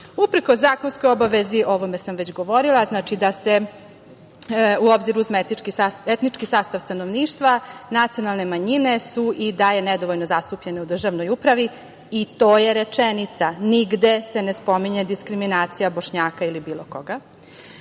zakonskoj obavezi, a o ovome sam već govorila, znači da se uzme u obzir etnički sastav stanovništva nacionalne manjine su i dalje nedovoljno zastupljene u državnoj upravi, i to je rečenica. Nigde se ne spominje diskriminacija Bošnjaka ili bilo koga.